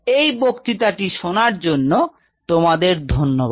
এই বক্তৃতাটি শোনার জন্য তোমাদের ধন্যবাদ